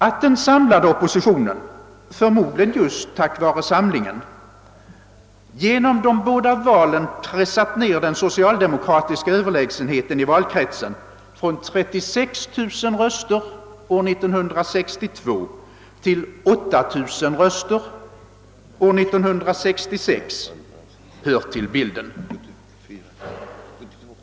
Att den samlade oppositionen, förmodligen just tack vare samlingen, genom de båda valen pressat ned den socialdemokratiska överlägsenheten i valkretsen från 36 000 röster år 1962 till 8 000 röster år 1966, hör till bilden.